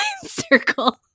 circle